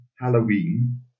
Halloween